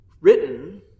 written